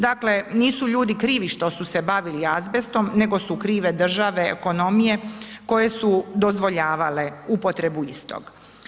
Dakle, nisu ljudi krivi što su se bavili azbestom nego su krive države ekonomije koje su dozvoljavale upotrebu istog.